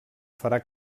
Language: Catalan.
farà